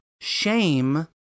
Shame